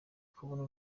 kubona